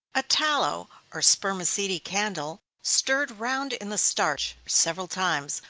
a tallow or spermaceti candle, stirred round in the starch several times,